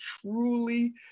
truly